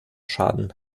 schaden